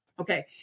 okay